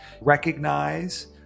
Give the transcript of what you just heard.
recognize